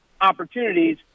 opportunities